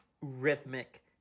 rhythmic